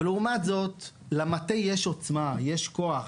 אבל לעומת זאת, למטה יש עוצמה, יש כוח.